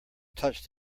touched